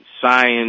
science